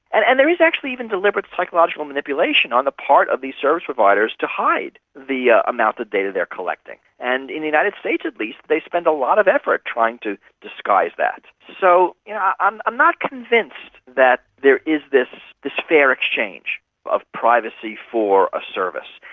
and and there is actually even deliberate psychological manipulation on the part of these service providers to hide the ah amount of data they're collecting. and in the united states at least, they spend a lot of effort trying to disguise that. so yes, yeah i'm um not convinced that there is this this fair exchange of privacy for a service.